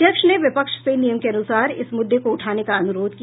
अध्यक्ष ने विपक्ष से नियम के अनुसार इस मुद्दे को उठाने का अनुरोध किया